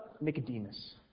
Nicodemus